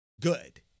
good